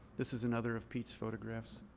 this is another of pete's photographs.